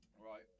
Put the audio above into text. right